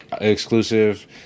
exclusive